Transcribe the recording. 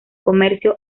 comercio